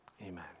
Amen